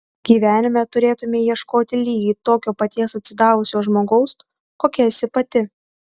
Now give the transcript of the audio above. gyvenime turėtumei ieškoti lygiai tokio paties atsidavusio žmogaus kokia esi pati